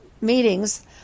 meetings